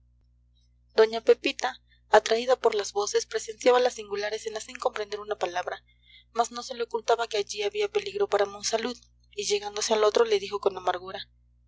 doña pepita atraída por las voces presenciaba la singular escena sin comprender una palabra mas no se le ocultaba que allí había peligro para monsalud y llegándose al otro le dijo con amargura